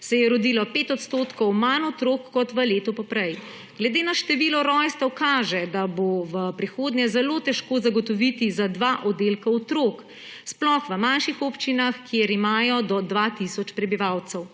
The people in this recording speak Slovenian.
se je rodilo 5 odstotkov manj otrok kot v letu poprej. Glede na število rojstev kaže, da bo v prihodnje zelo težko zagotoviti za dva oddelka otrok, sploh v manjših občinah, kjer imajo do 2 tisoč prebivalcev.